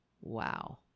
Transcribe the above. Wow